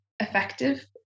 effective